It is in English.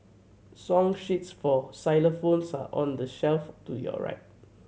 song sheets for xylophones are on the shelf to your right